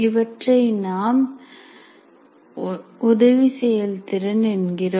இவற்றை நாம் ஒன்று உதவி செயல்திறன் என்கிறோம்